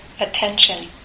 attention